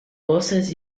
voces